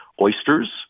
oysters